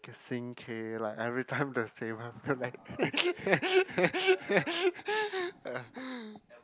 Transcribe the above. sing K like every time the same one